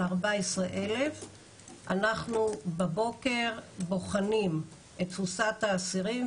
14,000 אנחנו בבוקר בוחנים את תפוסת האסירים.